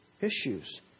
issues